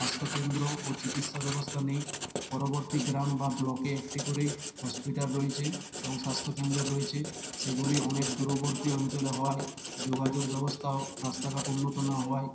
স্বাস্থ্য কেন্দ্র ও চিকিৎসা ব্যবস্থা নেই পরবর্তী গ্রাম বা ব্লকে একটি করে হসপিটাল রয়েছে এবং স্বাস্থ্য কেন্দ্র রয়েছে সেগুলি অনেক দূরবর্তী অঞ্চলে হওয়ায় যোগাযোগ ব্যবস্থা ও রাস্তাঘাট উন্নত না হওয়ায়